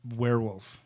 werewolf